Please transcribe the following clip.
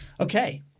Okay